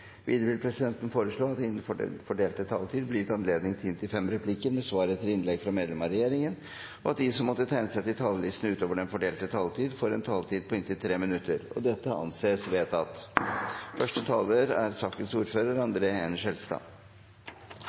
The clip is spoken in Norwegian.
Videre vil presidenten foreslå at det – innenfor den fordelte taletid – blir gitt anledning til inntil fem replikker med svar etter innlegg fra medlemmer av regjeringen, og at de som måtte tegne seg på talerlisten utover den fordelte taletid, får en taletid på inntil 3 minutter. – Det anses vedtatt. I dette dokumentet fremmes det ti forslag, og forslagsstillerne viser til at formålet med aupairordningen er